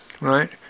right